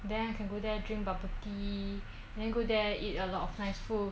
then I can go there drink bubble tea then go there eat a lot of nice food